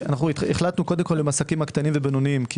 החלטנו עם העסקים הקטנים והבינוניים כי